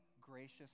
gracious